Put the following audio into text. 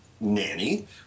nanny